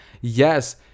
Yes